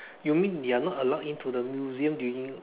you mean you're not allowed into the museum during